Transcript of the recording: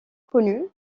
connu